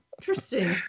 Interesting